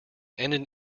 ended